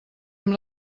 amb